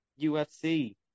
UFC